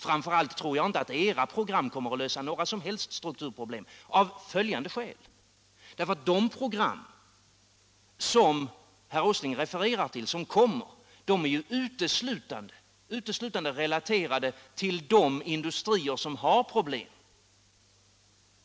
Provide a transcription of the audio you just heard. Framför allt tror jag inte att era program kommer att lösa några som helst strukturproblem, av följande skäl: De kommande program som herr Åsling refererar till är ju uteslutande relaterade till de industrier som har problem.